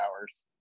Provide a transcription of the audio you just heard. hours